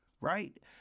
right